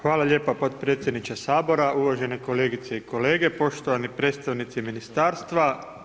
Hvala lijepa potpredsjedniče Sabora, uvažene kolegice i kolege, poštovani predstavnici ministarstva.